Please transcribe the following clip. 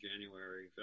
january